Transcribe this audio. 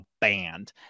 band